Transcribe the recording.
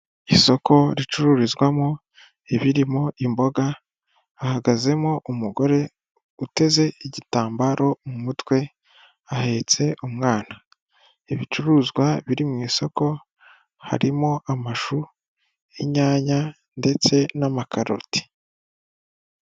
Isoko ricururizwamo ibirimo imboga hahagazemo umugore uteze igitambaro mu mutwe ahetse umwana, ibicuruzwa biri mu isoko harimo amashu, inyanya ndetse n'amakaroti.